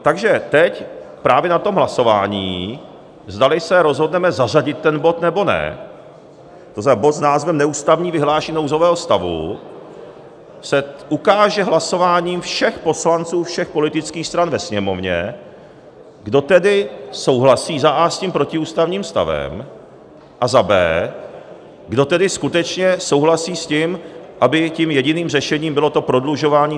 Takže teď, právě na tom hlasování, zdali se rozhodneme zařadit ten bod, nebo ne, to znamená bod s názvem Neústavní vyhlášení nouzového stavu, se ukáže hlasováním všech poslanců všech politických stran ve Sněmovně, kdo tedy souhlasí a) s tím protiústavním stavem a b) kdo tedy skutečně souhlasí s tím, aby tím jediným řešením bylo to prodlužování...